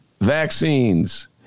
vaccines